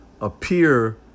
appear